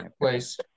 place